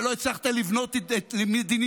ולא הצלחת לבנות מדיניות,